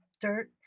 dirt